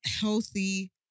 healthy